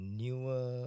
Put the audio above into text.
newer